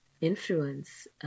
influence